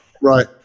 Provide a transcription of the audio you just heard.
Right